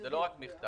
זה לא רק מכתב.